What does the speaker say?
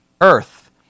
earth